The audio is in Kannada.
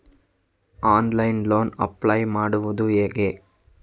ಆನ್ಲೈನ್ ಲೋನ್ ಅಪ್ಲೈ ಮಾಡುವುದು ಹೇಗೆ?